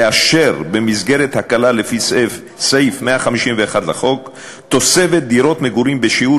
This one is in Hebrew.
לאשר במסגרת הקלה לפי סעיף 151 לחוק תוספת דירות מגורים בשיעור